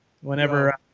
whenever